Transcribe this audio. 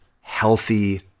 healthy